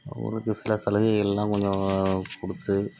அவங்களுக்கு சில சலுகைகள்லாம் கொஞ்சம் கொடுத்து